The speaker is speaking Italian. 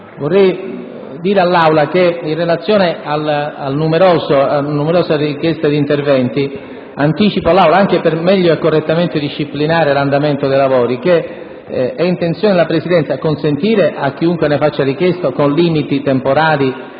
nuova finestra"). In relazione alle numerose richieste di intervento, anticipo all'Aula, anche per meglio e correttamente disciplinare l'andamento dei lavori, che è intenzione della Presidenza consentire a chiunque ne faccia richiesta di intervenire,